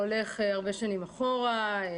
הרבה שנים אחורה.